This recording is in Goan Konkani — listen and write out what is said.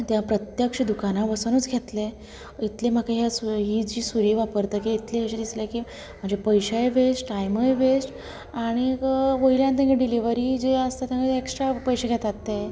तें हांव प्रत्यक्ष दुकानार वचूनच घेतले इतले म्हाका हें सुयी जी सुरी वापरतकीर इतलें अशें दिसलें की म्हाजे पयशेंय वेस्ट टाइमय वेस्ट आनीक वयल्यान तेंगे डिलिवरी जी आसता तेंची एक्स्ट्रा पयशें घेतात ते